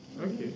Okay